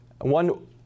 One